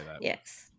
Yes